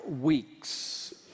weeks